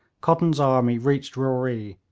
cotton's army reached roree,